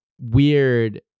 weird